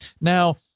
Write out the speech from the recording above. Now